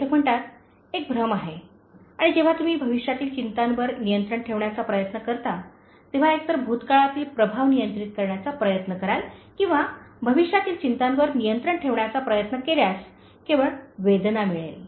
लेखक म्हणतात एक भ्रम आहे आणि जेव्हा तुम्ही भविष्यातील चिंतांवर नियंत्रण ठेवण्याचा प्रयत्न करता तेव्हा एकतर भूतकाळातील प्रभाव नियंत्रित करण्याचा प्रयत्न कराल किंवा भविष्यातील चिंतांवर नियंत्रण ठेवण्याचा प्रयत्न केल्यास केवळ वेदना मिळेल